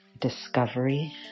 discovery